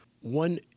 One